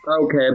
Okay